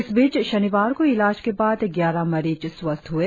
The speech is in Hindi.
इस बीच शनिवार को इलाज के बाद ग्यारह मरीज स्वस्थ हुए